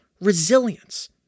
resilience